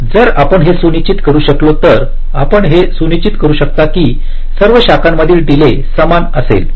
जर आपण हे सुनिश्चित करू शकलो तर आपण हे सुनिश्चित करू शकता की सर्व शाखांमधील डीले समान असेल